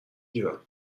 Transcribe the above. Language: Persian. گیرم